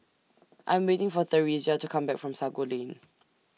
I Am waiting For Theresia to Come Back from Sago Lane